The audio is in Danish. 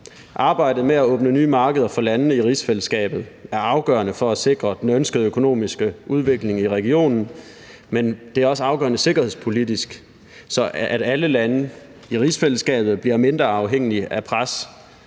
Arbejdet med at åbne nye markeder for landene i rigsfællesskabet er afgørende for at sikre den ønskede økonomiske udvikling i regionen, men det er også afgørende sikkerhedspolitisk, så alle lande i rigsfællesskabet bliver mindre afhængige af pres